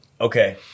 Okay